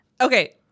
Okay